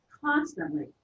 constantly